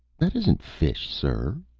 that isn't fish, sir,